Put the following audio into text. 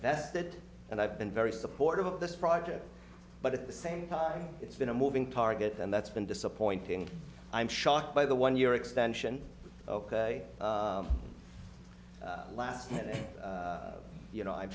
vested and i've been very supportive of this project but at the same time it's been a moving target and that's been disappointing i'm shocked by the one year extension ok last minute you know i'm